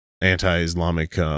anti-Islamic